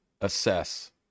assess